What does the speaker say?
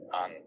on